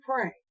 pray